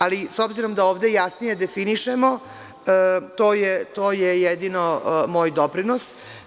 Ali, s obzirom da ovde jasnije definišemo, to je jedino moj doprinos.